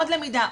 עוד למידה,